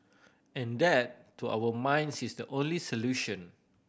and that to our minds is the only solution